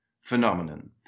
phenomenon